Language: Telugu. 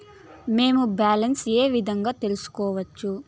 మేము బ్యాలెన్స్ ఏ విధంగా తెలుసుకోవచ్చు?